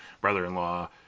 brother-in-law